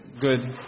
good